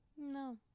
No